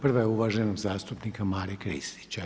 Prva je uvaženog zastupnika Mare Kristić.